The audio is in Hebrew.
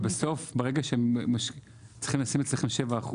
אבל בסוף ברגע שהם צריכים לשים אצלכם 7%,